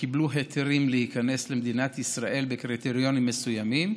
שקיבלו היתרים להיכנס למדינת ישראל בקריטריונים מסוימים,